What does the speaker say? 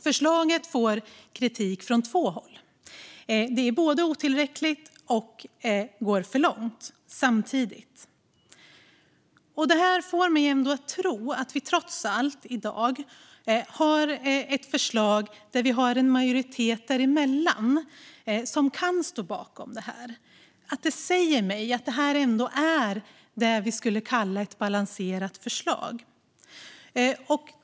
Förslaget får kritik från två håll. Det både är otillräckligt och går för långt samtidigt. Detta får mig ändå att tro att vi trots allt i dag har ett förslag däremellan som en majoritet kan stå bakom. Det säger mig att detta ändå är det som vi skulle kalla ett balanserat förslag.